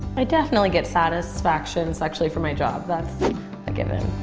i definitely get satisfaction sexually from my job. that's a given.